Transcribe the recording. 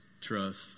trust